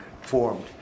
formed